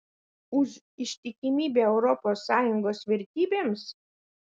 už ištikimybę europos sąjungos vertybėms